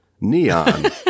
neon